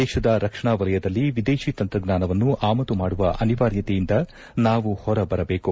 ದೇಶದ ರಕ್ಷಣಾ ವಲಯದಲ್ಲಿ ವಿದೇಶಿ ತಂತ್ರಜ್ಞಾನವನ್ನು ಆಮದು ಮಾಡುವ ಅನಿವಾರ್ಯತೆಯಿಂದ ನಾವು ಹೊರಬರಬೇಕು